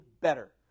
better